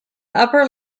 upper